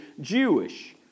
Jewish